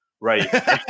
right